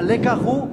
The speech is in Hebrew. הלקח הוא: